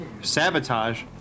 sabotage